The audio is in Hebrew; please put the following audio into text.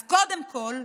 אז קודם כול,